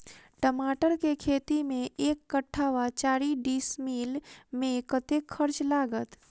टमाटर केँ खेती मे एक कट्ठा वा चारि डीसमील मे कतेक खर्च लागत?